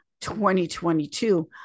2022